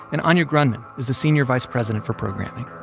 and anya grundmann is the senior vice president for programming.